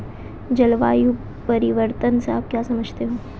जलवायु परिवर्तन से आप क्या समझते हैं?